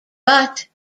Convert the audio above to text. but